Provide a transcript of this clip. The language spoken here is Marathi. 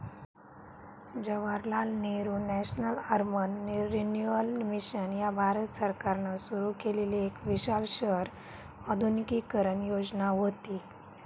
Jawaharlal Nehru national urban renewal mission ह्या भारत सरकारान सुरू केलेली एक विशाल शहर आधुनिकीकरण योजना व्हती